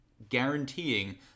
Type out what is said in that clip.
guaranteeing